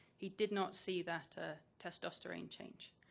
he did not see that ah testosterone change.